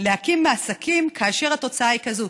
להקים עסקים כאשר התוצאה היא כזאת?